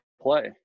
play